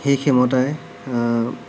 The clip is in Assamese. সেই ক্ষমতাই